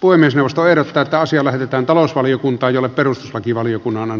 puhemiesneuvosto ehdottaa että asia lähetetään talousvaliokuntaan jolle perustuslakivaliokunnan on annettava lausunto